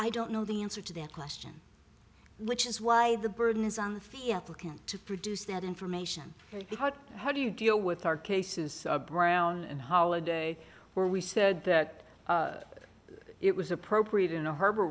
i don't know the answer to that question which is why the burden is on the theatrical to produce that information how do you deal with hard cases brown and holiday where we said that it was appropriate in a harbor